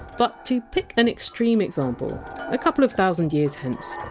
but to pick an extreme example a couple of thousand years hence,